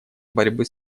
борьбы